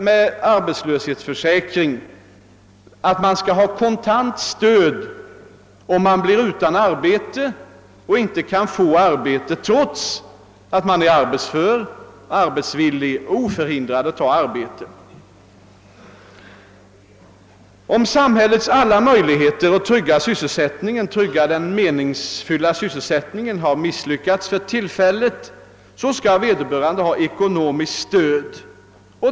Med arbetslöshetsförsäkring menar vi att man skall ha kontant stöd om man blir utan arbete och inte kan få arbete trots att man är arbetsför, arbetsvillig och oförhindrad att ta ett arbete. Om samhällets alla möjligheter att trygga en meningsfylld sysselsättning har misslyckats för tillfället skall vederbörande alltså ha ekonomiskt stöd.